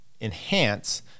enhance